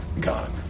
God